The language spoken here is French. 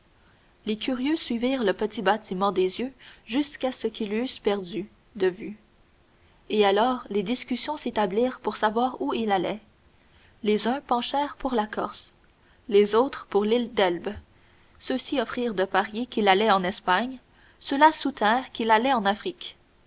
les curieux suivirent le petit bâtiment des yeux jusqu'à ce qu'ils l'eussent perdu de vue et alors les discussions s'établirent pour savoir où il allait les uns penchèrent pour la corse les autres pour l'île d'elbe ceux-ci offrirent de parier qu'il allait en espagne ceux-là soutinrent qu'il allait en afrique